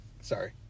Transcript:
Sorry